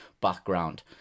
background